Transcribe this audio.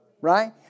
Right